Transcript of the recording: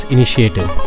Initiative